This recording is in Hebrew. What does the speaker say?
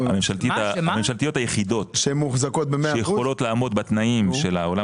הממשלתיות היחידות שיכולות לעמוד בתנאים של העולם